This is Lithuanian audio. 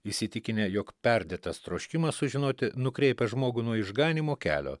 įsitikinę jog perdėtas troškimas sužinoti nukreipia žmogų nuo išganymo kelio